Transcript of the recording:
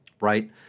right